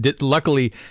Luckily